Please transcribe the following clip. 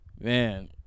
man